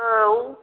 औ